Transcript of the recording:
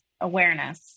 awareness